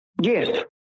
Yes